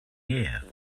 year